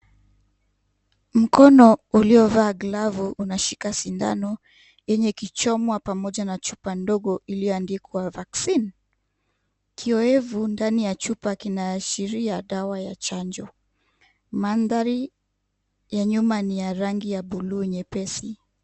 Mkono uliovaa glavu unashika sindano yenye kichomo pamoja na chupa ndogo iliyoandikwa vaccine kiyoevu ndani ya chupa kinaashiria dawa ya chanjo. Mandhari ya nyuma ni rangi ya buluu nyepesi.